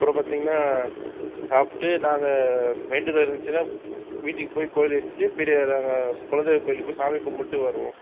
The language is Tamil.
அப்புறம் பார்த்தீங்கன்னா சாப்பிட்டு நாங்கள் வேண்டுதல் இருஞ்சுன்னா வீட்டுக்கு போய் கோயில் எடுத்துகிட்டு பெரிய நாங்கள் குலதெய்வ கோயிலுக்கு போய் சாமி கும்பிட்டு வருவோம்